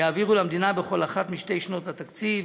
יעבירו למדינה בכל אחת משתי שנות התקציב